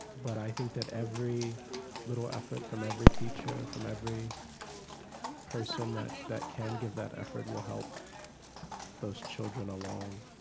but i think that every little effort from every teacher, from every person that that can give that effort will help those children along,